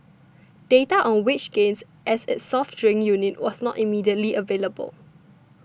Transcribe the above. data on wage gains at its soft drink unit was not immediately available